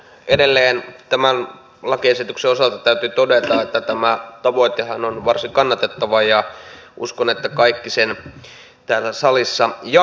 edelleen tämän lakiesityksen osalta täytyy todeta että tämä tavoitehan on varsin kannatettava ja uskon että kaikki sen täällä salissa jakavat